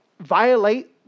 violate